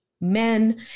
men